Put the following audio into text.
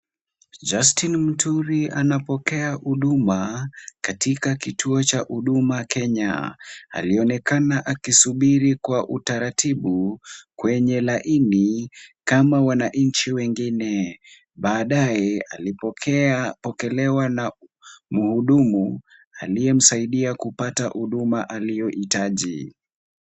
Justin Muturi anapokea huduma katika kituo cha huduma Kenya. Alionekana akisubiri kwa utaratibu kwenye laini kama wanchi wengine. Baadae alipokelewa na muhudumu aliyemsaidia kupata huduma aliyohitaji.